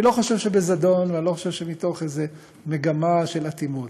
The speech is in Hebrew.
אני לא חושב שבזדון ואני לא חושב שמתוך איזו מגמה של אטימות,